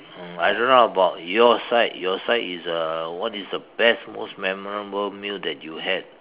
um I don't know about your side your side is uh what is the best most memorable meal that you had